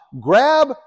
grab